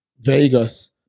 Vegas